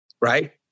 right